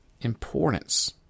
importance